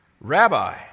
Rabbi